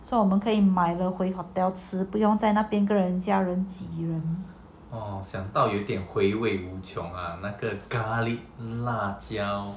so 我们可以买回 hotel 吃不用在那边跟家人挤人